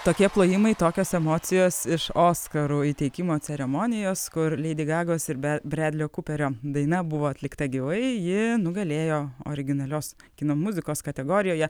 tokie plojimai tokios emocijos iš oskarų įteikimo ceremonijos kur leidi gagos ir be bredlio kuperio daina buvo atlikta gyvai ji nugalėjo originalios kino muzikos kategorijoje